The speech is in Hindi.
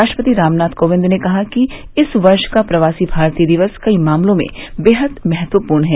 राष्ट्रपति रामनाथ कोविंद ने कहा कि इस वर्ष का प्रवासी भारतीय दिवस कई मामलों में बेहद महत्वूपर्ण है